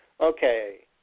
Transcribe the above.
Okay